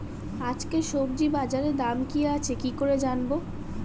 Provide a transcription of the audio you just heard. আজকে সবজি বাজারে দাম কি আছে কি করে জানবো?